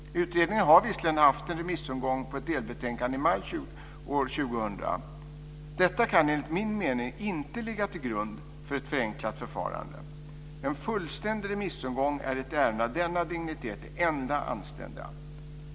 Utredningen har visserligen haft en remissomgång på ett delbetänkande i maj 2000. Detta kan, enligt min mening, inte ligga till grund för ett förenklat förfarande. En fullständig remissomgång är i ett ärende av denna dignitet det enda anständiga.